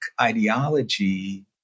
ideology